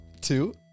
Two